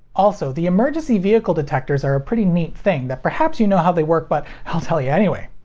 also, the emergency vehicle detectors are a pretty neat thing that perhaps you know how they work, but i'll tell ya anyway.